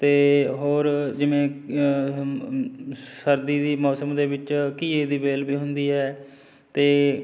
ਅਤੇ ਹੋਰ ਜਿਵੇਂ ਸਰਦੀ ਦੀ ਮੌਸਮ ਦੇ ਵਿੱਚ ਘੀਏ ਦੀ ਵੇਲ ਵੀ ਹੁੰਦੀ ਹੈ ਅਤੇ